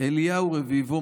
אליהו רביבו,